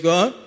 God